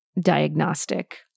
diagnostic